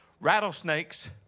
Rattlesnakes